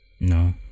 no